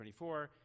24